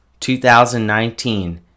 2019